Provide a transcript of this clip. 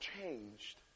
changed